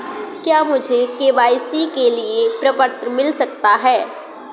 क्या मुझे के.वाई.सी के लिए प्रपत्र मिल सकता है?